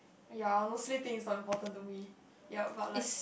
ya honestly think it's not important to me ya but like